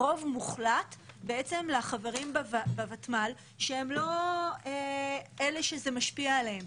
יש באופן מובנה רוב מוחלט לחברים בוותמ"ל שהם לא אלה שזה משפיע עליהם,